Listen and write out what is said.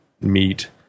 meet